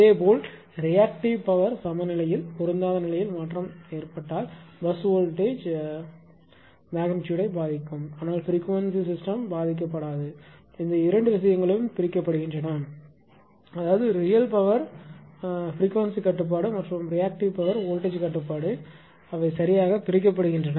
இதேபோல் reactive power சமநிலையில் பொருந்தாத நிலையில் மாற்றம் ஏற்பட்டால் பஸ் வோல்ட்டேஜ் மெக்னிட்யூடை பாதிக்கும் ஆனால் பிரிகுவென்ஸி சிஸ்டெம் பாதிக்கப்படாது இந்த இரண்டு விஷயங்களும் பிரிக்கப்படுகின்றன அதாவது ரியல் பவர் பிரிகுவென்ஸி கட்டுப்பாடு மற்றும் ரியாக்டிவ் பவர் வோல்ட்டேஜ் கட்டுப்பாடு அவை யாக பிரிக்கப்படுகின்றன